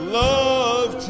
love